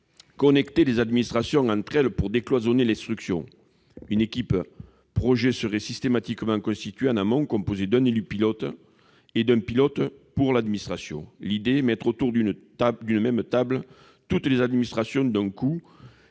connecter les administrations entre elles pour décloisonner l'instruction. Une « équipe projet » serait systématiquement constituée en amont, composée d'un pilote élu et d'un pilote pour l'administration. L'idée est de mettre autour de la table toutes les administrations qui, du coup,